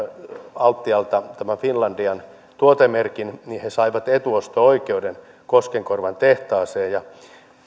altialta tämän finlandian tuotemerkin he saivat etuosto oikeuden koskenkorvan tehtaaseen ja